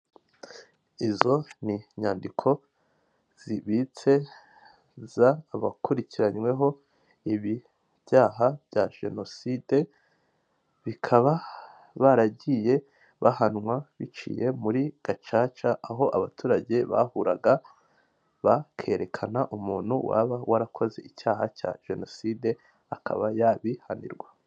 Abagabo bane harimo babiri bambaye imyenda y'umukara yambarwa n'abapolisi bo mu Rwanda hagati y'abo harimo umugabo wambaye ikanzu y'umweru n'ingofero y'umweru n'inkweto z'umukara, umeze nk'umunyabyaha ufite uruhu rwirabura bazwi nk'abazungu. Inyuma y'abo hari imodoka ifite amabara y'umweru, ubururu n'amatara y'umutuku n'ubururu impande y'imodoka hahagaze umugabo.